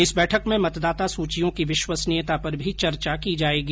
इस बैठक में मतदाता सूचियों की विश्वसनीयता पर भी चर्चा की जाएगी